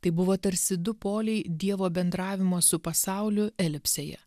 tai buvo tarsi du poliai dievo bendravimo su pasauliu elipsėje